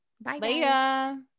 Bye